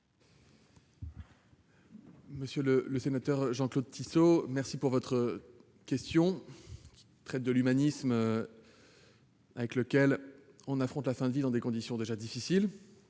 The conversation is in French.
Monsieur le sénateur Jean-Claude Tissot, votre question traite de l'humanité avec laquelle on affronte la fin de vie dans des conditions déjà difficiles,